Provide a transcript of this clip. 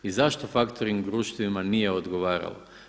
I zašto faktoring društvima nije odgovaralo?